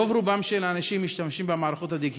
רוב-רובם של האנשים משתמשים במערכות הדיגיטליות,